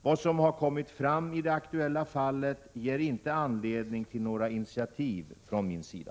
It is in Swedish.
Vad som har kommit fram i det aktuella fallet ger inte anledning till några initiativ från min sida.